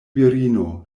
virino